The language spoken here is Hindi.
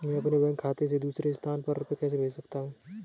मैं अपने बैंक खाते से दूसरे स्थान पर रुपए कैसे भेज सकता हूँ?